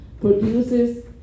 produces